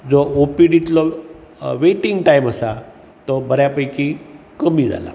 जो ओपीडींतलो waiting time आसा तो बऱ्या पैकी कमी जाला